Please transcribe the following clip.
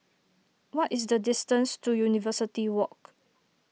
what is the distance to University Walk